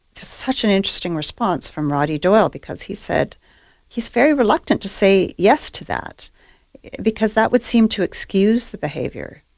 such an interesting response from roddy doyle because he said he is very reluctant to say yes to that because that would seem to excuse the behaviour.